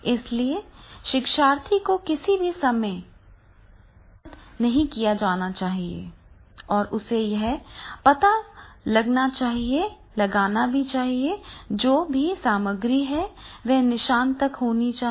इसलिए शिक्षार्थी को किसी भी समय पदावनत नहीं किया जाना चाहिए और उसे यह पता लगाना चाहिए कि जो भी सामग्री है वह निशान तक होनी चाहिए